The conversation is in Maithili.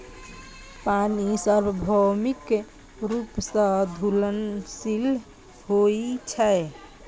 पानि सार्वभौमिक रूप सं घुलनशील होइ छै